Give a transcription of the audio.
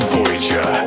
Voyager